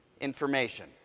information